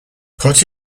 put